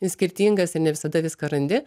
skirtingas ir ne visada viską randi